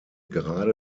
gerade